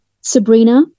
Sabrina